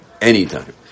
anytime